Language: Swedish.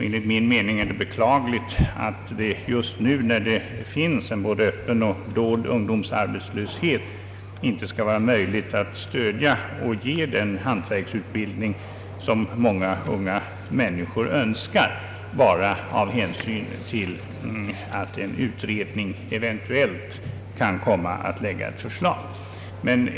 Enligt min mening är det beklagligt att det just nu, när det finns både en öppen och en dold ungdomsarbetslöshet, inte skall vara möjligt att ge den hantverksutbildning som många unga människor önskar, bara av hänsyn till att en utredning eventuellt kan komma att framlägga ett förslag.